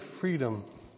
freedom